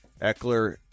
Eckler